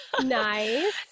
Nice